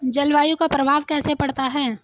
जलवायु का प्रभाव कैसे पड़ता है?